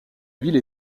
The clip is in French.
ville